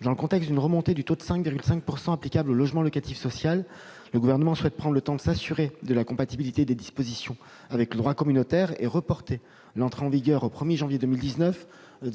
Dans le contexte d'une remontée du taux de 5,5 % applicable au logement locatif social, le Gouvernement souhaite prendre le temps de s'assurer de la compatibilité de ces dispositions avec le droit communautaire et reporter leur entrée en vigueur au 1 janvier 2019.